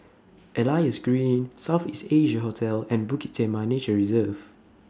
Elias Green South East Asia Hotel and Bukit Timah Nature Reserve